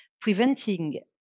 preventing